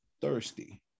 thirsty